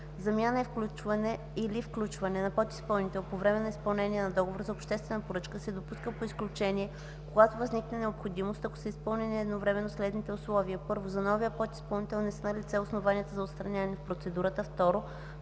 Замяна или включване на подизпълнител по време на изпълнение на договор за обществена поръчка се допуска по изключение, когато възникне необходимост, ако са изпълнени едновременно следните условия: 1. за новия подизпълнител не са налице основанията за отстраняване в процедурата; 2.